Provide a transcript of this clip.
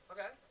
Okay